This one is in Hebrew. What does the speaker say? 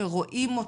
שרואים אותו,